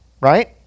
Right